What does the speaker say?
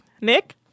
Nick